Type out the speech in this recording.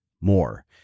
more